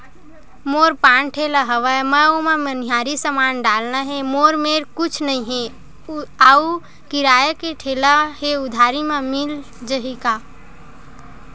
मोर पान ठेला हवय मैं ओमा मनिहारी समान डालना हे मोर मेर कुछ नई हे आऊ किराए के ठेला हे उधारी मिल जहीं का?